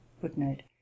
Footnote